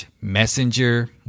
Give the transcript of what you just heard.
Messenger